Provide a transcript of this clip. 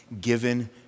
given